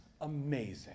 amazing